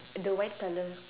the white colour